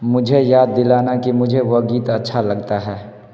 मुझे याद दिलाना कि मुझे वह गीत अच्छा लगता है